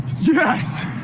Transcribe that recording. Yes